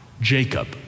Jacob